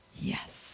Yes